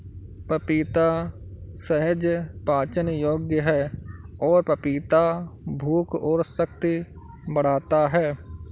पपीता सहज पाचन योग्य है और पपीता भूख और शक्ति बढ़ाता है